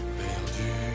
perdu